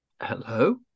hello